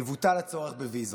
יבוטל הצורך בוויזות.